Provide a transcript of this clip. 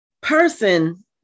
person